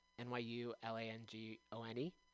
N-Y-U-L-A-N-G-O-N-E